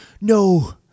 no